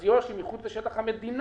אז יו"ש היא מחוץ לשטח המדינה,